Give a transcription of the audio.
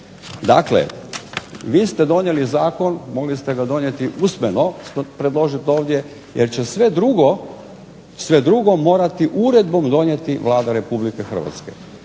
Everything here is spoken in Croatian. Dakle vi ste donijeli zakon, mogli ste ga donijeti usmeno, predložiti ovdje, jer će sve drugo morati uredbom donijeti Vlada Republike Hrvatske.